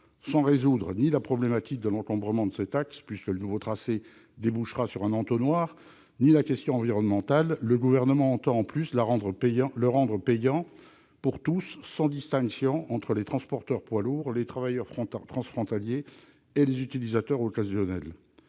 Sans résoudre pour autant ni le problème de l'encombrement de cet axe, puisque le nouveau tracé débouchera sur un entonnoir, ni la question environnementale, le Gouvernement entend le rendre payant pour tous, sans distinction entre les transporteurs poids lourds, les travailleurs transfrontaliers et les utilisateurs occasionnels.